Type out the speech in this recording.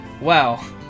Wow